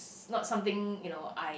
not something you know I